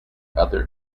other